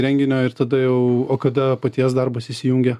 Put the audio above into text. renginio ir tada jau o kada paties darbas įsijungia